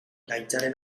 gaitzaren